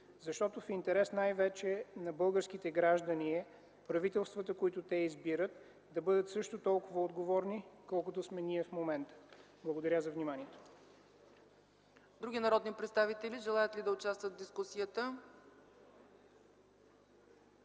защото в интерес най-вече на българските граждани е правителствата, които те избират, да бъдат също толкова отговорни, колкото сме ние в момента. Благодаря за вниманието. ПРЕДСЕДАТЕЛ ЦЕЦКА ЦАЧЕВА: Други народни представители желаят ли да участват в дискусията?